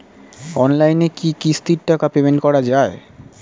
অনলাইনে কি কিস্তির টাকা পেমেন্ট করা যায়?